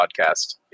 Podcast